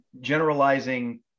generalizing